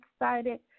excited